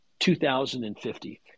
2050